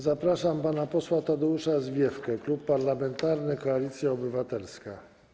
Zapraszam pana posła Tadeusza Zwiefkę, Klub Parlamentarny Koalicja Obywatelska.